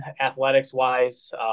athletics-wise